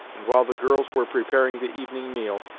and while the girls were preparing the evening meal,